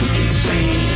insane